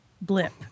blip